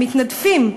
הם מתנדפים.